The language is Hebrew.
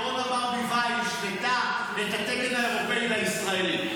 כי אורנה ברביבאי השוותה את התקן האירופי לישראלי.